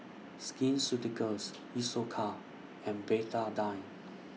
Skin Ceuticals Isocal and Betadine